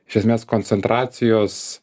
iš esmės koncentracijos